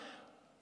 נא לסכם.